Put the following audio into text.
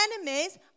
enemies